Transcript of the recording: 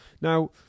Now